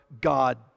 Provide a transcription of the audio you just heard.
God